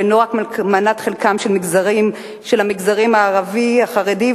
הוא אינו רק מנת חלקם של המגזרים הערבי והחרדי,